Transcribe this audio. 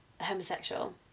homosexual